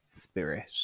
spirit